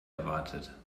erwartet